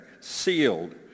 sealed